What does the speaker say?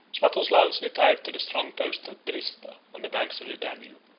swatoslaus retired to the strong post of drista, on the banks of the danube,